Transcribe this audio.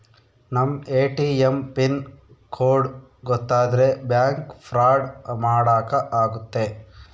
ನಮ್ ATM pin code ಗೊತ್ತಾದ್ರೆ bank fraud ಮಾಡಾಕ ಆಗುತ್ತೆ